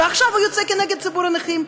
ועכשיו הוא יוצא כנגד ציבור הנכים.